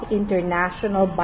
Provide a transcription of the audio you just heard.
International